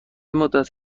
مدت